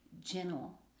gentle